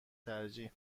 ترجیح